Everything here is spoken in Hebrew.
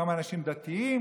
כמה אנשים דתיים,